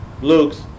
Luke's